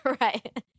right